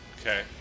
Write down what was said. Okay